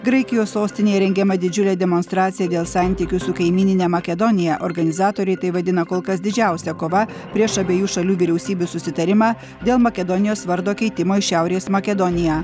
graikijos sostinėje rengiama didžiulė demonstracija dėl santykių su kaimynine makedonija organizatoriai tai vadina kol kas didžiausia kova prieš abiejų šalių vyriausybių susitarimą dėl makedonijos vardo keitimo į šiaurės makedoniją